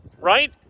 right